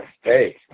hey